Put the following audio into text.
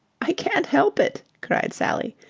i can't help it, cried sally.